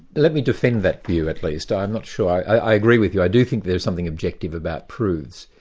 let me defend that view at least. i'm not sure, i agree with you, i do think there's something objective about proofs,